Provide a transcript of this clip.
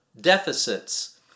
deficits